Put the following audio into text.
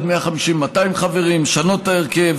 מ-150 ל-200 חברים ולשנות את ההרכב,